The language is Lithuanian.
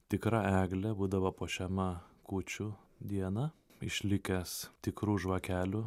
tikra eglė būdavo puošiama kūčių dieną išlikęs tikrų žvakelių